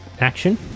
action